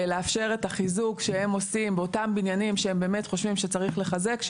לאפשר את החיזוק שהם עושים באותם בניינים שהם באמת חושבים שצריך לחזק,